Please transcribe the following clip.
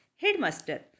Headmaster